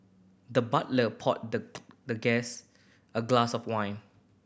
the butler poured the the guest a glass of win